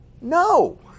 No